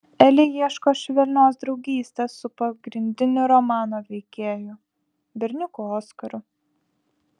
eli ieško švelnios draugystės su pagrindiniu romano veikėju berniuku oskaru